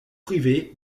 privés